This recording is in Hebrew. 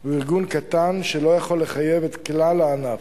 הוא ארגון קטן, שלא יכול לחייב את כלל הענף.